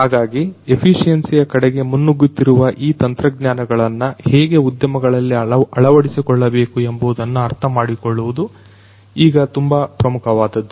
ಹಾಗಾಗಿ ಎಫಿಷಿಯೆನ್ಸಿಯ ಕಡೆಗೆ ಮುನ್ನುಗ್ಗುತ್ತಿರುವ ಈ ತಂತ್ರಜ್ಞಾನಗಳನ್ನು ಹೇಗೆ ಉದ್ಯಮಗಳಲ್ಲಿ ಅಳವಡಿಸಿಕೊಳ್ಳಬೇಕು ಎಂಬುವುದನ್ನು ಅರ್ಥಮಾಡಿಕೊಳ್ಳುವುದು ಈಗ ತುಂಬಾ ಪ್ರಮುಖವಾದದ್ದು